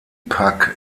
pack